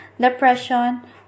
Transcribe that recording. depression